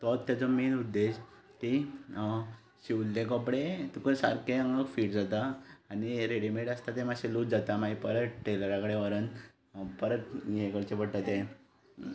तोच ताचो मेन उद्देश की शिंविल्ले कपडे तुका सारके आंगाक फीट जाता आनी रेडीमेड आसता ते मातशे लूज जाता मागीर परत टेलरा कडेन व्हरून परत हें करचें पडटा तें